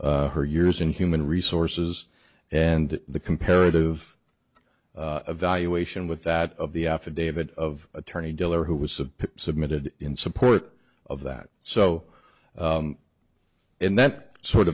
her years in human resources and the comparative evaluation with that of the affidavit of attorney diller who was submitted in support of that so in that sort